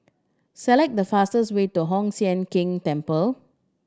select the fastest way to Hoon Sian Keng Temple